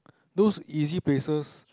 those easy places